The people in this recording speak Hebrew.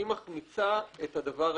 היא מחמיצה את הדבר העיקרי.